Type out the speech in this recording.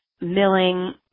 milling